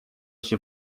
się